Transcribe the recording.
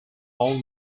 all